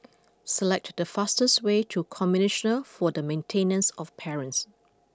select the fastest way to Commissioner for the Maintenance of Parents